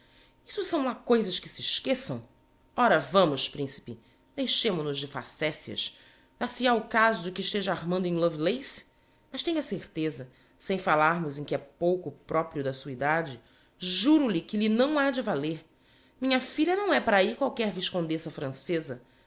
isso são lá coisas que se esqueçam ora vamos principe deixemo-nos de facecias dar se ha o caso de que esteja armando em lovelace mas tenha a certeza sem falarmos em que é pouco proprio da sua edade juro-lhe que lhe não ha de valer minha filha não é para ahi qualquer viscondessa francêsa